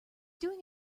doing